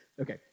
Okay